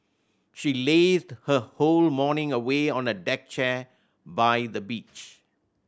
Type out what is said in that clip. she lazed her whole morning away on a deck chair by the beach